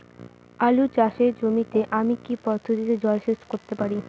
আলু চাষে জমিতে আমি কী পদ্ধতিতে জলসেচ করতে পারি?